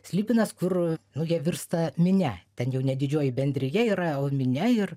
slibinas kur nu jie virsta minia ten jau ne didžioji bendrija yra o minia ir